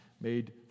made